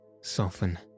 soften